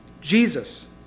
Jesus